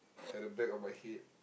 at the back of my head